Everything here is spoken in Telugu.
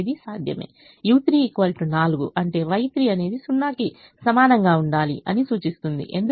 u3 4 అంటే Y3 అనేది 0 కి సమానంగా ఉండాలి అని సూచిస్తుంది ఎందుకంటే u3Y3 అనేది 0